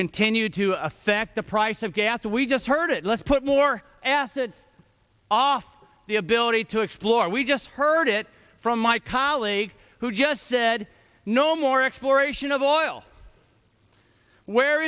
continue to affect the price of gas we just heard it let's put more acid off the ability to explore we just heard it from my colleague who just said no more exploration of oil where